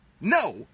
No